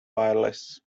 wireless